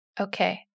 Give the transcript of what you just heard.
Okay